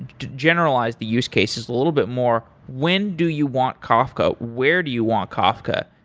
generalize the use cases a little bit more when do you want kafka, where do you want kafka,